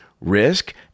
Risk